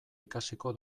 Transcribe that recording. ikasiko